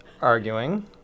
arguing